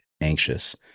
anxious